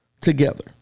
together